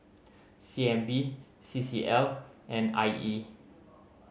C N B C C L and I E